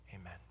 amen